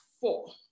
four